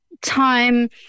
time